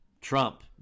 Trump